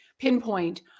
pinpoint